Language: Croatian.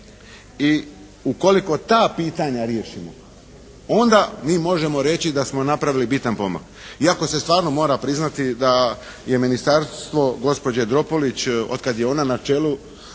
I ukoliko ta pitanja riješimo onda mi možemo reći da smo napravili bitan pomak. Iako se stvarno mora priznati da je ministarstvo gospođe Dropulić otkad je ona na čelu